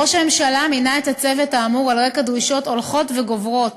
ראש הממשלה מינה את הצוות האמור על רקע דרישות הולכות וגוברות